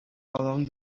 along